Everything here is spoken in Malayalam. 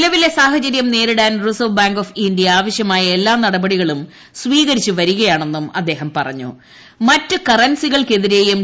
നിലവിലെ സാഹചര്യം നേരിടാൻ റിസർവ് ബാങ്ക് ഓഫ് ഇന്ത്യ ആവശ്യമായ എല്ലാ നടപടികളും സ്ഥീകരിച്ചു വ്യരികയാണെന്നും അദ്ദേഹം കറൻസിക്ൾക്കെതിരെയും പറഞ്ഞു